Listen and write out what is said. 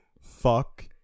Fuck